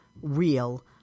real